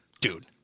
Dude